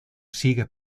sigue